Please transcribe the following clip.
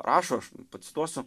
rašo aš pacituosiu